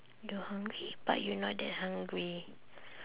the hungry but you not that hungry